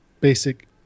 basic